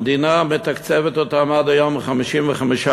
המדינה מתקצבת אותם עד היום ב-55%,